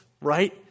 right